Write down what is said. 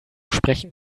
sprechen